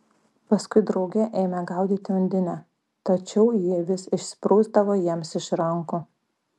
paskui drauge ėmė gaudyti undinę tačiau ji vis išsprūsdavo jiems iš rankų